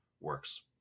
works